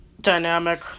dynamic